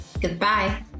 goodbye